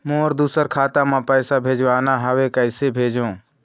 मोर दुसर खाता मा पैसा भेजवाना हवे, कइसे भेजों?